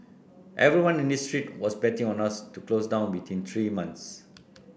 everyone in this street was betting on us to close down within three months